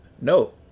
no